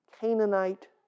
Canaanite